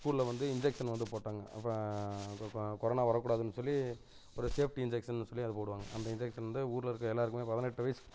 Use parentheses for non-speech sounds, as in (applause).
ஸ்கூலில் வந்து இன்ஜெக்ஷன் வந்து போட்டாங்க அப்புறம் (unintelligible) கொரோனா வரக்கூடாதுனு சொல்லி ஒரு சேஃப்டி இன்ஜெக்ஷன்னு சொல்லி அது போடுவாங்க அந்த இன்ஜெக்ஷன் வந்து ஊரில் இருக்க எல்லோருக்குமே பதினெட்டு வயது